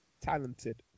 talented